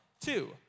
two